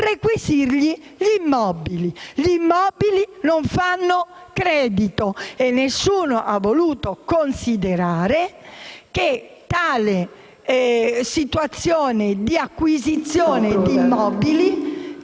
requisiscono gli immobili. Gli immobili non fanno credito e nessuno ha voluto considerare che tale situazione di acquisizione di immobili